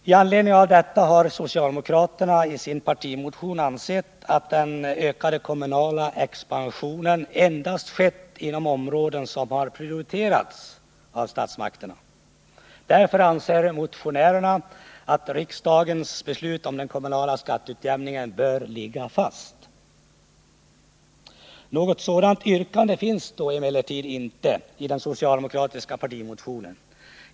Med anledning av detta framhåller socialdemokraterna i sin partimotion att den ökade kommunala expansionen endast skett inom områden som har prioriterats av statsmakterna. Därför anser motionärerna att riksdagens beslut om den kommunala skatteutjämningen bör ligga fast. Något sådant yrkande finns emellertid inte i den socialdemokratiska partimotionen.